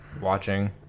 watching